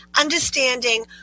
understanding